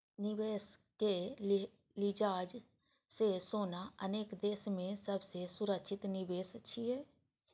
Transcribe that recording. निवेशक लिजाज सं सोना अनेक देश मे सबसं सुरक्षित निवेश छियै